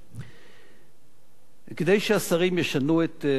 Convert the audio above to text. כדי שהשרים ישנו את עמדתם,